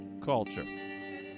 culture